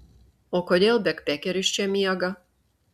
o kodėl bekpekeris čia miega